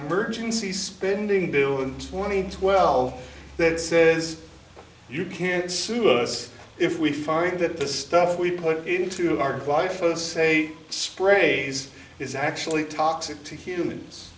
emergency spending bill and twenty twelve that says you can't sue us if we find that the stuff we put into our life and say sprays is actually toxic to humans